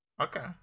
Okay